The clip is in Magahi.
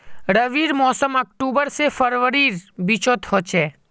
रविर मोसम अक्टूबर से फरवरीर बिचोत होचे